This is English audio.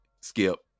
skip